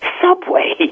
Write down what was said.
Subway